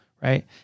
right